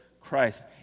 Christ